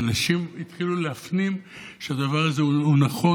ואנשים התחילו להפנים שהדבר הזה הוא נכון,